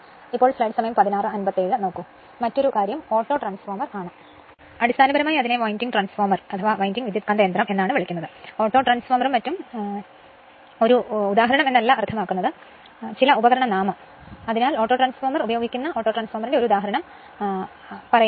മറ്റൊരു കാര്യം ഓട്ടോട്രാൻസ്ഫോർമർ ആണ് അടിസ്ഥാനപരമായി അതിനെ വിൻഡിംഗ് ട്രാൻസ്ഫോർമർ എന്നാണ് വിളിക്കുന്നത് ഓട്ടോട്രാൻസ്ഫോർമറും മറ്റും ഇതുവരെ ഞാൻ സംസാരിച്ചതെന്തും ഞാൻ പറഞ്ഞ ചിലത് അറിയാം ഒരു ഉദാഹരണം ഒരു ഓട്ടോട്രാൻസ്ഫോർമർ എന്നല്ല അർത്ഥമാക്കുന്നത് എന്നാൽ ഞാൻ എടുത്ത ചില ഉപകരണ നാമം